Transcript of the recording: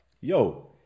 yo